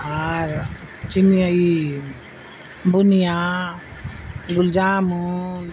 اور چنیائی بنیا گلاب جامن